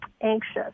anxious